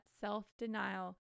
self-denial